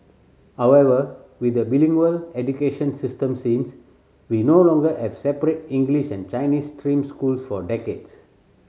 however with a bilingual education system since we no longer have separate English and Chinese stream schools for decades